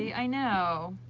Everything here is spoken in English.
i know.